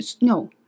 no